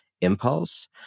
impulse